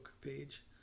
page